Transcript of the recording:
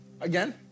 again